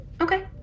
Okay